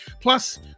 Plus